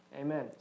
Amen